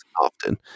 often